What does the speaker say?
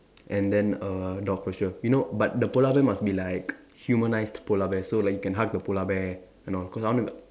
and then a dog for sure you know but the polar bear must be like humanised polar bear so like you can hug the polar bear and all cause I want to